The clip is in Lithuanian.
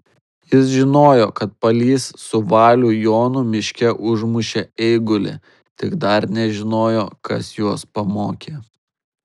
jis žinojo kad palys su valių jonu miške užmušė eigulį tik dar nežinojo kas juos pamokė